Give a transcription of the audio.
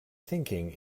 thinking